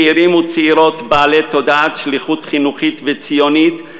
צעירים וצעירות בעלי תודעת שליחות חינוכית וציונית,